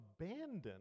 abandon